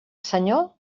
senyor